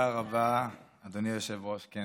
תודה רבה, אדוני היושב-ראש.